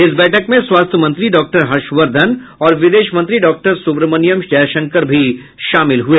इस बैठक में स्वास्थ्य मंत्री डाक्टर हर्षवर्धन और विदेश मंत्री डाक्टर सुब्रह्मण्यम जयशंकर भी शामिल हुए